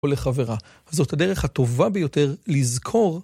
או לחברה, זאת הדרך הטובה ביותר לזכור.